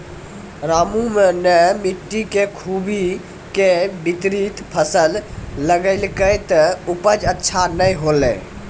रामू नॅ मिट्टी के खूबी के विपरीत फसल लगैलकै त उपज अच्छा नाय होलै